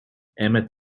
emmett